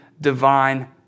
divine